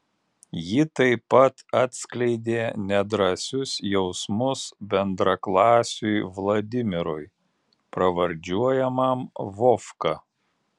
ji taip pat atskleidė nedrąsius jausmus bendraklasiui vladimirui pravardžiuojamam vovka